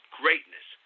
greatness